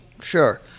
Sure